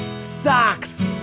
Socks